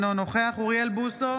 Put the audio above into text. אינו נוכח אוריאל בוסו,